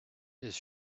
his